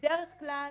בדרך כלל